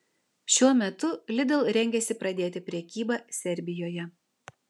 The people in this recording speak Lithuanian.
šiuo metu lidl rengiasi pradėti prekybą serbijoje